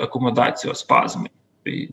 akomodacijos spazmai tai